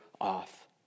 off